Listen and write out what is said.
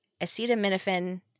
acetaminophen